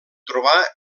trobar